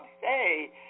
say